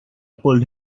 pulled